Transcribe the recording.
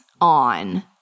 on